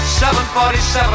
747